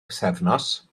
pythefnos